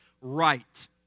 right